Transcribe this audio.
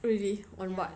really on but